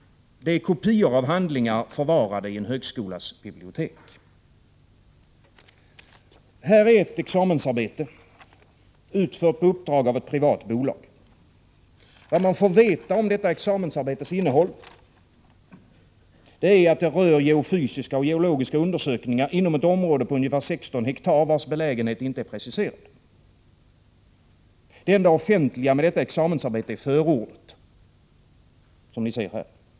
Det är kopior av handlingar, förvarade i en högskolas bibliotek. Här är ett examensarbete, utfört på uppdrag av ett privat bolag. Vad man får veta om detta examensarbetes innehåll är att det rör geofysiska och geologiska undersökningar inom ett område på ungefär 16 hektar, vilkas belägenhet inte är preciserad. Det enda offentliga med detta examensarbete är förordet.